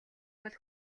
бол